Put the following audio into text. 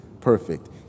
perfect